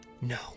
no